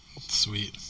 Sweet